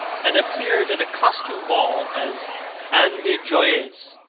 and appeared at a costume ball as anne de joyeuse,